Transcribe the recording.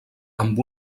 amb